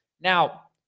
Now